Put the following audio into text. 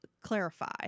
clarify